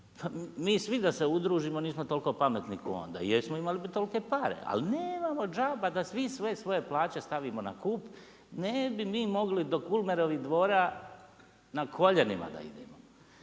mi svi da se udružimo, nismo toliko pametni ko on, da jesmo imali bi tolike pare, ali nemamo džaba, da svi se svoje plaće stavimo na kup, ne bi mi mogli do Kumlerovih dvora na koljenima da idemo.